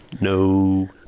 No